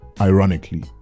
ironically